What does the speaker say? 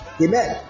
Amen